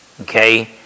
Okay